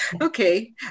okay